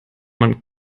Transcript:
man